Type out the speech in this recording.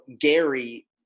Gary